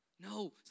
No